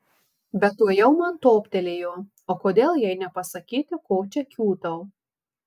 bet tuojau man toptelėjo o kodėl jai nepasakyti ko čia kiūtau